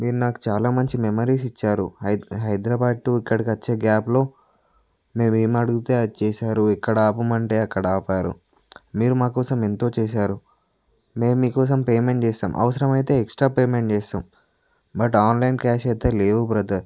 మీరు నాకు చాలా మంచి మెమరీస్ ఇచ్చారు హై హైద్రాబాద్ టు ఇక్కడికొచ్చే గ్యాప్లో మేవేమడుగుతే అది చేసారు ఇక్కడ ఆపమంటే అక్కడాపారు మీరు మా కోసం ఎంతో చేసారు మేం మీ కోసం పేమెంట్ చేస్తాం అవసరమయితే ఎక్స్ట్రా పేమెంట్ చేస్తాం బట్ ఆన్లైన్ క్యాషయితే లేవు బ్రదర్